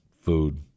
food